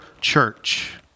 church